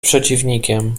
przeciwnikiem